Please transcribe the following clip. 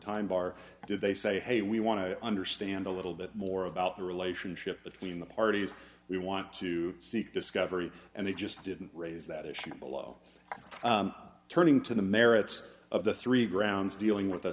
time bar did they say hey we want to understand a little bit more about the relationship between the parties we want to seek discovery and they just didn't raise that issue below turning to the merits of the three grounds dealing with a